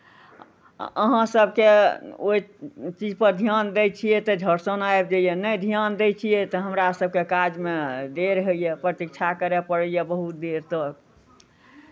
अहाँ सभके ओहि चीजपर ध्यान दै छियै तऽ झट सिना आबि जाइए नहि ध्यान दै छियै तऽ हमरा सभके काजमे देर होइए प्रतीक्षा करय पड़ैए बहुत देर तक